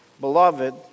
Beloved